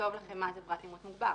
נכתוב לכם מה זה פרט אימות מוגבר.